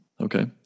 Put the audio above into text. Okay